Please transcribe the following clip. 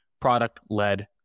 product-led